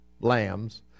lambs